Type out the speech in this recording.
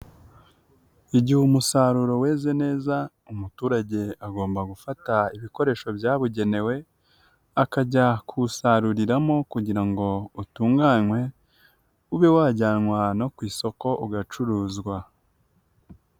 Igihe umusaruro weze neza umuturage agomba gufata ibikoresho byabugenewe, akajya kuwusaruriramo kugira ngo utunganywe, ube wajyanwa ahantu ku isoko ugacuruzwa.